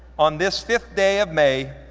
on this fifth day of may,